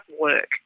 work